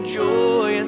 joy